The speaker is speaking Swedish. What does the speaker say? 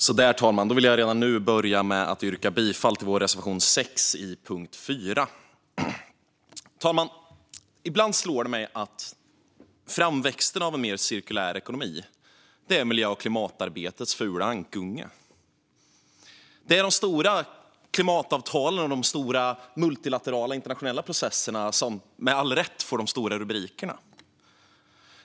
Fru talman! Jag vill börja med att yrka bifall till vår reservation 6, under punkt 4. Fru talman! Ibland slår det mig att framväxten av en mer cirkulär ekonomi är klimat och miljöarbetets fula ankunge. Det är de stora klimatavtalen och de stora multilaterala internationella processerna som med all rätt får de stora rubrikerna.